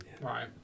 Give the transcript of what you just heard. right